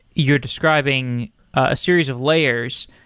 you're describing a series of layers.